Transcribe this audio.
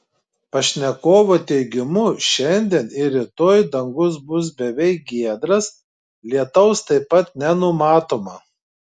pašnekovo teigimu šiandien ir rytoj dangus bus beveik giedras lietaus taip pat nenumatoma